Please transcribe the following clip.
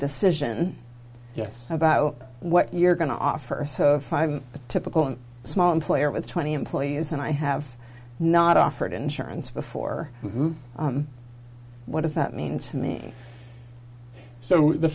decision yes about what you're going to offer so five a typical small employer with twenty employees and i have not offered insurance before what does that mean to me so the